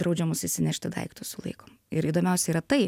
draudžiamus įsinešti daiktus sulaikom ir įdomiausia yra tai